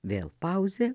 vėl pauzė